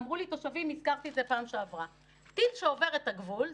אמרו לי תושבים הזכרתי את זה פעם שעברה טיל שעובר את הגבול,